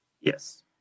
Yes